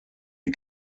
die